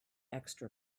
extra